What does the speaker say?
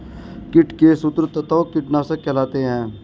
कीट के शत्रु तत्व कीटनाशक कहलाते हैं